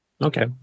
okay